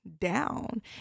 down